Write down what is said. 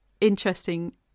interesting